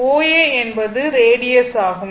OA என்பது radius ஆகும்